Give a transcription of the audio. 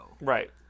right